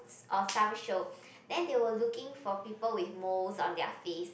ofr some show then they were looking for people with moles on their face